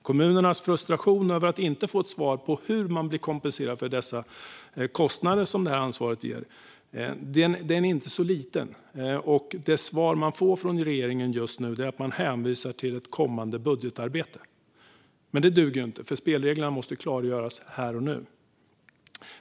Kommunernas frustration över att inte få ett svar på hur man blir kompenserad för de kostnader som ansvaret ger är inte så liten, och det svar man får från regeringen just nu är hänvisningar till kommande budgetarbete. Det duger inte; spelreglerna måste klargöras här och nu.